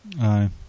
Aye